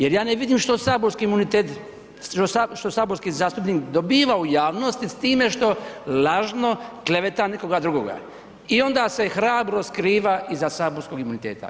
Jer ja ne vidim što saborski imunitet, što saborski zastupnik dobiva u javnosti s time što lažno kleveta nekoga drugoga i onda se hrabro skriva iza saborskog imuniteta.